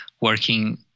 working